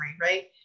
right